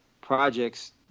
projects